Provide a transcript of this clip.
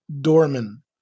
Dorman